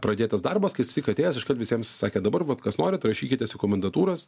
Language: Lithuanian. pradėtas darbas kai jis tik atėjęs iškart visiem sakė dabar vat kas norit rašykitės į komendantūras